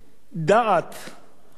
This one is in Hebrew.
שהם לא יודעים אפילו להסתכל קדימה,